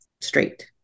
straight